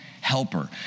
helper